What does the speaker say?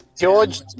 George